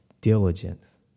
diligence